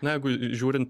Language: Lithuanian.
na jeigu žiūrint